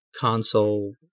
console